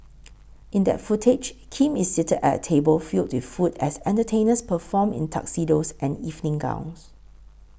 in that footage Kim is seated at table filled with food as entertainers perform in tuxedos and evening gowns